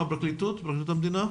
מפרקליטות המדינה.